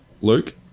Luke